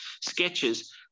sketches